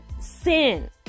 sin